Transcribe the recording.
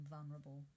vulnerable